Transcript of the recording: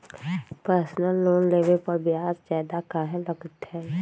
Personal loan लेबे पर ब्याज ज्यादा काहे लागईत है?